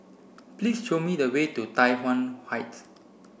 please show me the way to Tai Yuan Heights